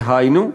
דהיינו,